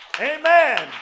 Amen